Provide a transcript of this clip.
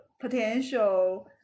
potential